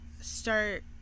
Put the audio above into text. start